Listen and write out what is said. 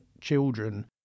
children